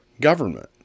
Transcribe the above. government